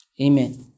Amen